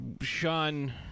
Sean